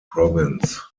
province